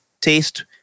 taste